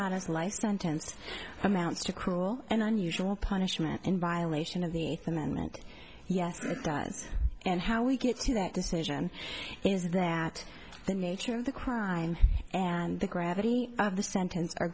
a life sentence amounts to cruel and unusual punishment in violation of the eighth amendment yes it does and how we get to that decision is that the nature of the crime and the gravity of the sentence are